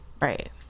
right